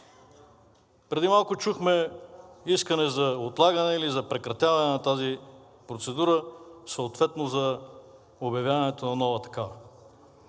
Преди малко чухме искане за отлагане или за прекратяване на тази процедура, съответно за обявяването на нова такава.